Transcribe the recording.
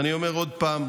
ואני אומר עוד פעם: